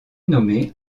nommé